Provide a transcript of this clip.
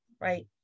right